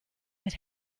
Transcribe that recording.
mit